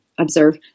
observe